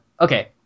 okay